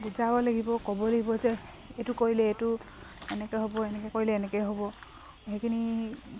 বুজাব লাগিব ক'ব লাগিব যে এইটো কৰিলে এইটো এনেকে হ'ব এনেকে কৰিলে এনেকে হ'ব সেইখিনি